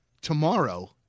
tomorrow